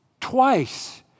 twice